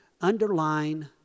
Underline